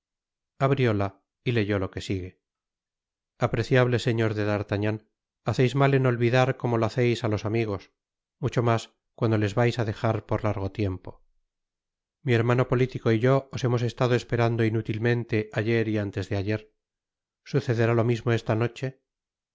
abrióla y leyó lo que sigue apreciable señor de d'artagnan haceis mal en olvidar como lo haceis á los amigos mucho mas cuando les vais á dejar por largo tiempo mi hermano politico y yo os hemos estado esperando inútilmente ayer y antes de ayer sucederá lo mismo esta noche